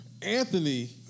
Anthony